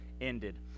ended